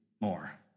more